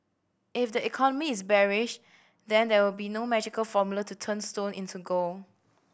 if the economy is bearish then there would be no magical formula to turn stone into gold